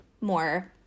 more